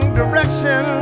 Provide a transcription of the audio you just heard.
direction